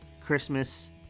Christmas